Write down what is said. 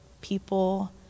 people